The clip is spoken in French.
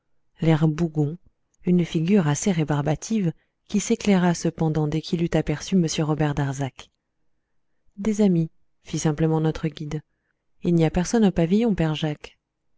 l'air bougon une figure assez rébarbative qui s'éclaira cependant dès qu'il eut aperçu m robert darzac des amis fit simplement notre guide il n'y a personne au pavillon père jacques